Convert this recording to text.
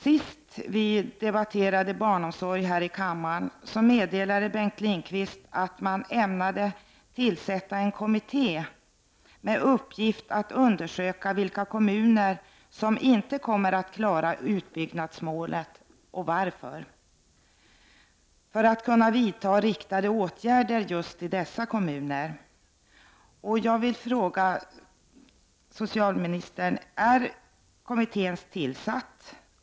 Senast vi debatterade barnomsorg här i kammaren meddelade Bengt Lindqvist att man, för att kunna vidta riktade åtgärder till berörda kommuner, ämnade tillsätta en kommitté med uppgift att undersöka vilka kommuner som inte kommer att klara utbyggnadsmålet, och i så fall varför. Jag vill fråga statsrådet: Är kommittén tillsatt?